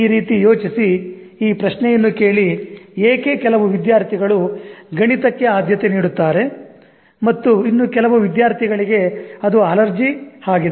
ಈ ರೀತಿ ಯೋಚಿಸಿ ಈ ಪ್ರಶ್ನೆಯನ್ನು ಕೇಳಿ ಏಕೆ ಕೆಲವು ವಿದ್ಯಾರ್ಥಿಗಳು ಗಣಿತಕ್ಕೆ ಆದ್ಯತೆ ನೀಡುತ್ತಾರೆ ಮತ್ತು ಇನ್ನು ಕೆಲವು ವಿದ್ಯಾರ್ಥಿಗಳಿಗೆ ಅದು ಅಲರ್ಜಿ ಆಗಿದೆ